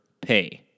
pay